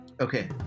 okay